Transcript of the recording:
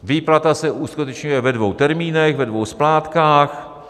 Výplata se uskutečňuje ve dvou termínech, ve dvou splátkách.